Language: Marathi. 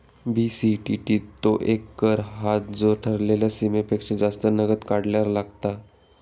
बी.सी.टी.टी तो कर हा जो ठरलेल्या सीमेपेक्षा जास्त नगद काढल्यार लागता